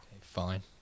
fine